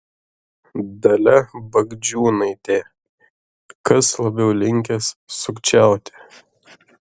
dalia bagdžiūnaitė kas labiau linkęs sukčiauti